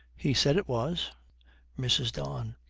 he said it was mrs. don.